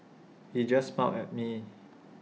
he just smiled at me